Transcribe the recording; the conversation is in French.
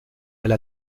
elle